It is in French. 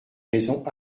raisons